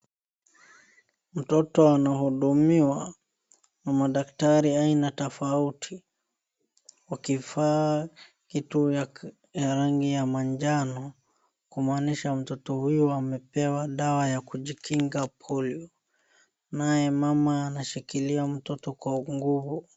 Mtoto anahudumiwa na madaktari aina tafauti, wakivaa kitu ya rangi ya majano, kumaanisha mtoto huyo amepewa dawa ya kujikinga (cs)polio(cs).Naye mama anashikilia mtoto Kwa nguvu.